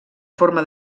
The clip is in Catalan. forma